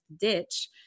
ditch